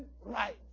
right